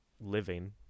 living